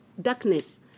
darkness